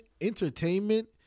Entertainment